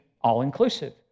all-inclusive